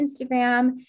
Instagram